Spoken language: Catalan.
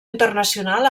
internacional